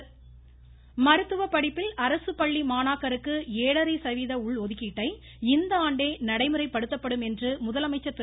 முதலமைச்சர் மருத்துவ படிப்பில் அரசு பள்ளி மாணாக்கருக்கு ஏழரை சதவிகித உள் ஒதுக்கீட்டை இந்த ஆண்டே நடைமுறைப்படுத்தப்படும் என்று முதலமைச்சர் திரு